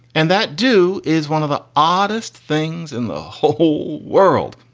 and that do is one of the oddest things in the whole world.